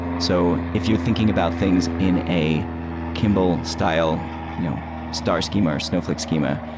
so if you're thinking about things in a kimball-style star schema or snowfl ake schema,